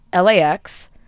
LAX